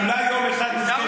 אולי יום אחד נזכה,